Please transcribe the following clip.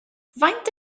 faint